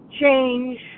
change